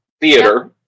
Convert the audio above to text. theater